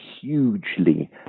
hugely